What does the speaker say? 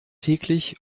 täglich